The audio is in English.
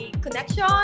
connection